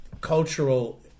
cultural